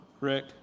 Rick